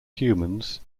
humans